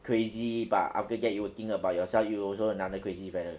crazy but after that you would think about yourself you also another crazy fellow